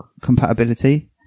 compatibility